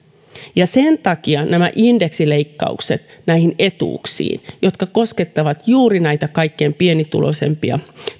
ja sen takia indeksileikkaukset näihin etuuksiin jotka koskettavat juuri näitä kaikkein pienituloisimpia